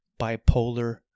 bipolar